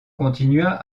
continua